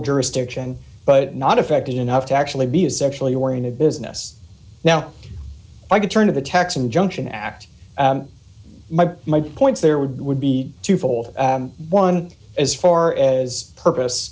jurisdiction but not affect it enough to actually be a sexually oriented business now i could turn of the texan junction act my my point there would be twofold one as far as purpose